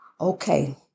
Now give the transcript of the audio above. Okay